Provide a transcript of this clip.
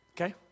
Okay